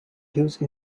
huge